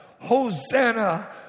Hosanna